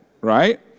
right